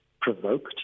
provoked